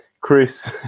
chris